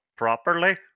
properly